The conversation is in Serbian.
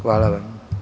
Hvala vam.